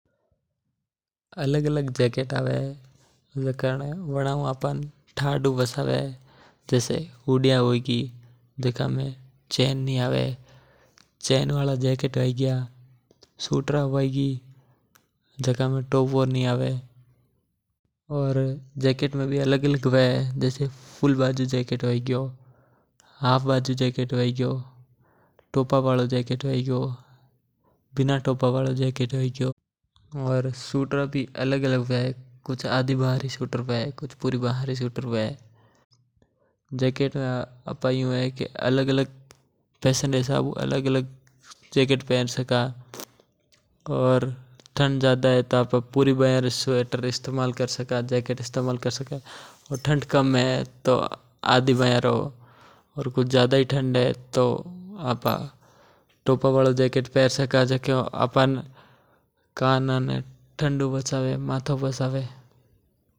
अलग-अलग जैकेट आवे जिका आपणे ठंड हू बचाव हारू काम आवे जेसै हूडी होई गी चायना आलो जैकेट हूँ गिया स्वेटरा है गी। और जैकेट में अलग-अलग हवे जेसै फुल बाजू जैकेट हाफ बाजू जैकेट टोपी आलो जैकेट। आप अलग-अलग फैशन री हिसाब हू अलग अलग जैकेट पर सका। ज्यादा ठंड में आप पूरी बह तो जैकेट या स्वेटर यूज करी सका।